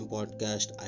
Podcast